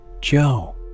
Joe